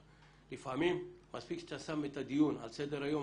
לפעמים מספיק שאתה שם את הדיון על סדר-היום,